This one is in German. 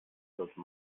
sollte